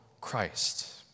Christ